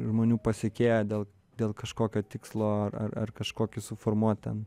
žmonių pasekėjų dėl dėl kažkokio tikslo ar ar kažkokį suformuot ten